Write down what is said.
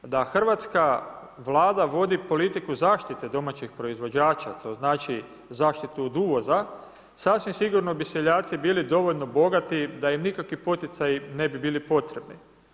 Da hrvatska Vlada vodi politiku zaštite domaćeg proizvođača, to znači zaštitu od uvoza, sasvim sigurno bi seljaci bili dovoljno bogati da im nikakvi poticaji ne bi bili potrebni.